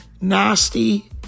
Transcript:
nasty